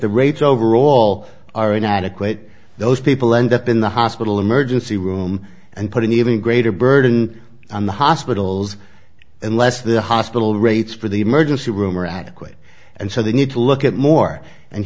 the rates overall are inadequate those people end up in the hospital emergency room and putting even greater burden on the hospitals and less the hospital rates for the emergency room are adequate and so they need to look at more and